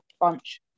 bunch